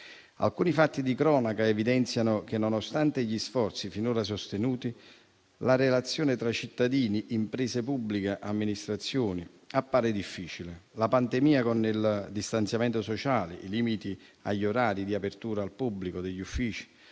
Alcuni fatti di cronaca evidenziano che, nonostante gli sforzi finora sostenuti, la relazione tra cittadini, imprese pubbliche e amministrazioni appare ancora difficile. La pandemia, con il distanziamento sociale e i limiti agli orari di apertura al pubblico degli uffici,